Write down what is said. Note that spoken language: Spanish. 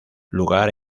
lugar